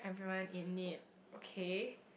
everyone in need okay